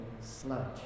sludge